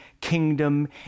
kingdom